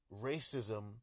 racism